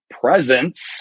presence